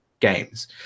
games